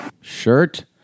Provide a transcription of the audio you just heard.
shirt